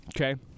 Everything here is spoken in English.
okay